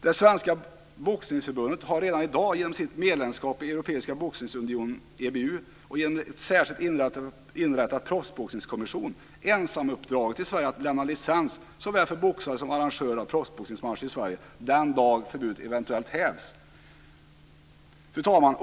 Det svenska boxningsförbundet har redan i dag genom sitt medlemskap i Europeiska Boxningsunionen, EBU, och genom en särskilt inrättad proffsboxningskommission ensamuppdraget i Sverige när det gäller att lämna licens för såväl boxare som arrangörer av proffsboxningsmatcher i Sverige den dag förbudet eventuellt hävs. Fru talman!